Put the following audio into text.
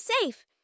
safe